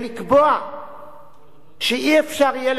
שאי-אפשר יהיה לשנות את זה ברוב רגיל,